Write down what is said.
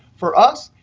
for us,